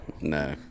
No